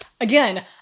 again